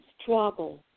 struggle